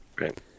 Right